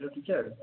hello teacher